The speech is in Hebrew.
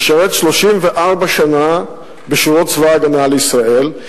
ששירת 34 שנה בשורות צבא-הגנה לישראל,